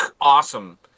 awesome